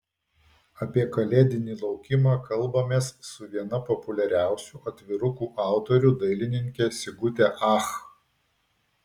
apie kalėdinį laukimą kalbamės su viena populiariausių atvirukų autorių dailininke sigute ach